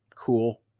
Cool